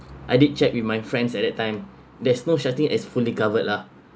I did check with my friends at that time there's no such thing as fully covered lah